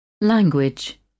LANGUAGE